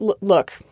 look